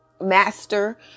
master